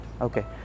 okay